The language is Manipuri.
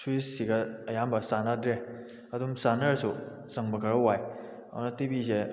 ꯁ꯭ꯋꯤꯁꯁꯤꯒ ꯑꯌꯥꯝꯕ ꯆꯥꯅꯗ꯭ꯔꯦ ꯑꯗꯨꯝ ꯆꯥꯅꯔꯁꯨ ꯆꯪꯕ ꯈꯔ ꯋꯥꯏ ꯑꯗꯨꯅ ꯇꯤꯚꯤꯁꯦ